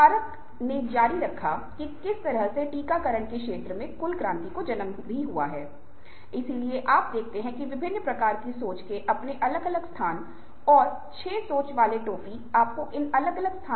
उत्तोलन वह है की क्या मैं उस चीज पर नियंत्रण प्राप्त कर सकता हूं जो दूसरे पक्ष की जरूरत है